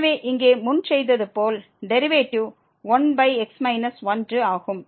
எனவே இங்கே முன் செய்தது போல் டெரிவேட்டிவ் 1x 1 ஆகும்